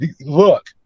Look